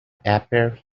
appear